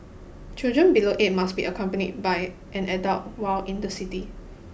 children below eight must be accompanied by an adult while in the city